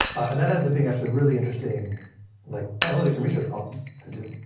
and that ends up being actually really interesting like analytic and research problem to do.